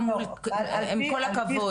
עם כל הכבוד.